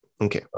Okay